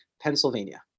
Pennsylvania